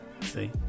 see